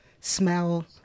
smell